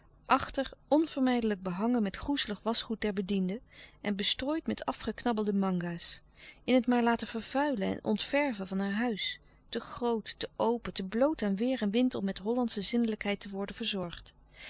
achter onvermijdelijk behangen met groezelig waschgoed der bedien den en bestrooid met afgeknabbelde manga's in het maar laten vervuilen en ontverven van haar huis te groot te open te bloot aan weêr en wind om met hollandsche zindelijkheid te worden verzorgd